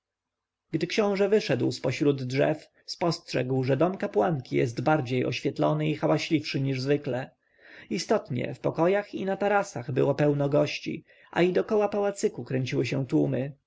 gdy książę wyszedł z pośród drzew spostrzegł że dom kapłanki jest bardziej oświetlony i hałaśliwszy niż zwykle istotnie w pokojach i na tarasach było pełno gości a i dokoła pałacyku kręciły się tłumy